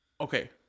okay